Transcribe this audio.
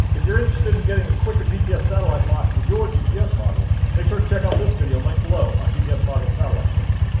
if you're interested in getting a quicker gps satellite lock with your gps module, make sure to check out this video linked below on gps module satellite fix.